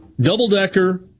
Double-decker